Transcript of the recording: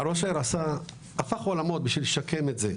ראש העיר הפך עולמות בשביל לשקם את זה,